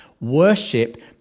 Worship